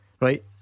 Right